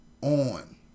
on